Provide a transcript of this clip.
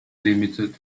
limited